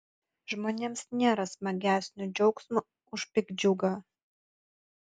žmonėms nėra smagesnio džiaugsmo už piktdžiugą